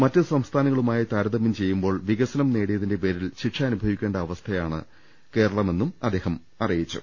മറ്റു സംസ്ഥാനങ്ങളുമായി താരതമ്യം ചെയ്യു മ്പോൾ വികസനം നേടിയതിന്റെ പേരിൽ ശിക്ഷ അനുഭവിക്കേണ്ട അവസ്ഥ യിലാണ് കേരളമെന്നും അദ്ദേഹം അറിയിച്ചു